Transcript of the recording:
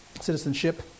Citizenship